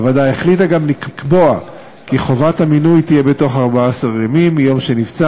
הוועדה החליטה גם לקבוע כי חובת המינוי תהיה בתוך 14 ימים מיום שנבצר